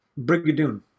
Brigadoon